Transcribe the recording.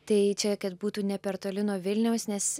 tai čia kad būtų ne per toli nuo vilniaus nes